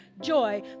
joy